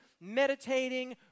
meditating